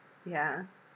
yeah